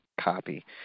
Copy